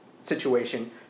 situation